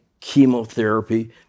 chemotherapy